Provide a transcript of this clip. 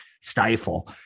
stifle